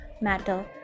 matter